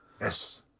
yes